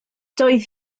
doedd